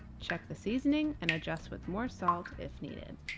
check the seasoning and adjust with more salt if needed.